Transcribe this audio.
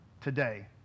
today